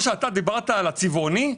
אתה דיברת על הצבעוניות.